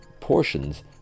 portions